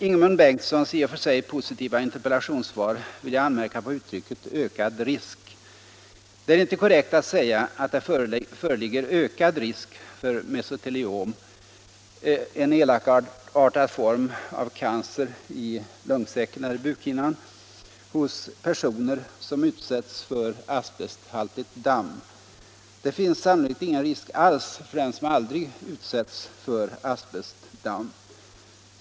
jag anmärka på uttrycket ”ökad risk”. Det är inte korrekt att säga att det föreligger ökad risk för mesoteliom — en elakartad form av cancer i lungsäcken eller bukhinnan — hos personer som utsätts för asbesthaltigt damm. Det finns sannolikt ingen risk alls för den som aldrig utsätts för asbestdamm.